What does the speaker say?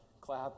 Clap